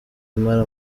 imara